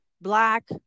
black